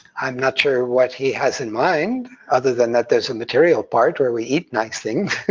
i'm not sure what he has in mind, other than that there's a material part where we eat nice things,